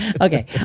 Okay